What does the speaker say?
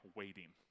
waiting